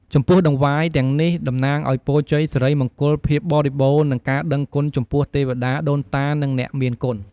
ចំពោះតង្វាយទាំងនេះ តំណាងឱ្យពរជ័យសិរីមង្គលភាពបរិបូរណ៍និងការដឹងគុណចំពោះទេវតាដូនតានិងអ្នកមានគុណ។